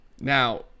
Now